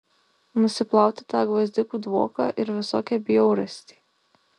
nusiplauti tą gvazdikų dvoką ir visokią bjaurastį